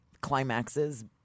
climaxes